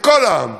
את כל העם,